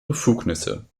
befugnisse